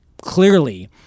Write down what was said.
clearly